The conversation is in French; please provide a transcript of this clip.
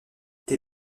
des